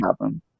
happen